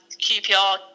QPR